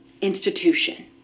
institution